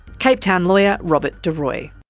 cape town lawyer robert de rooy.